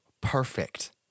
perfect